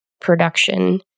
production